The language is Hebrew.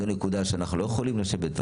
זו נקודה שאנחנו לא יכולים לשבת.